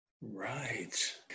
Right